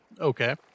Okay